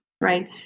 Right